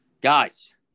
Guys